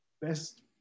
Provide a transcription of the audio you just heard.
best